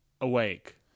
awake